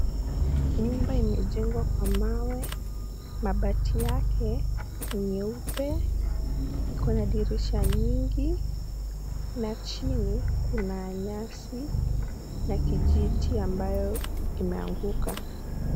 Nyumba imejengwa kwa mawe, mabati yake nyeupe, iko na dirisha nyingi na chini kuna nyasi na kijiti ambayo imeanguka.